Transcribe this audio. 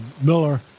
Miller